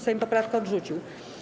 Sejm poprawkę odrzucił.